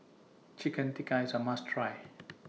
Chicken Tikka IS A must Try